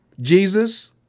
jesus